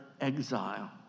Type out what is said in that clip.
exile